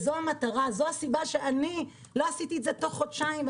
זאת הסיבה שלא עשיתי את זה תוך חודשיים,